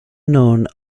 known